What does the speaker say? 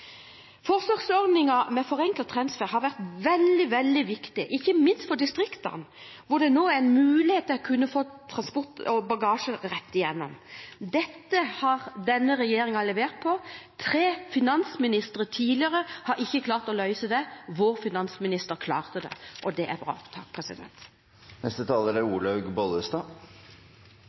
Forsøksordningen med forenklet transfer har vært veldig, veldig viktig – ikke minst for distriktene, hvor det nå er mulig å få transportert bagasjen rett igjennom. Dette har denne regjeringen levert på. Tre tidligere finansministre har ikke klart å løse det. Vår finansminister klarte det – og det er bra.